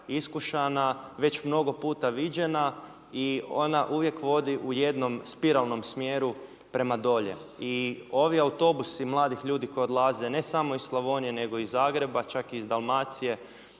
iskušana, već mnogo puta viđena i ona uvijek vodi u jednom spiralnom smjeru prema dolje. I ovi autobusi mladih ljudi koji odlaze ne samo iz Slavonije nego i iz Zagreba, čak i iz Dalmacije